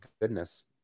goodness